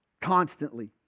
constantly